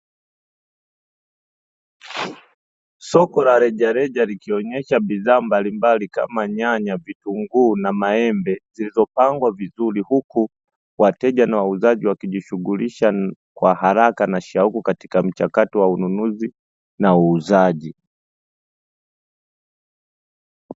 Soko la rejareja likionesha bidhaa mbalimbali kama nyanya, vitunguu na maembe zilizopangwa vizuri. Huku wateja na wauzaji wakijishughulisha kwa haraka na shauku katika mchakato wa ununuzi na uuzaji.